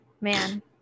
Man